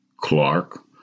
Clark